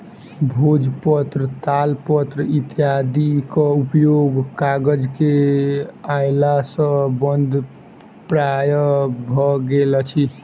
भोजपत्र, तालपत्र इत्यादिक उपयोग कागज के अयला सॅ बंद प्राय भ गेल अछि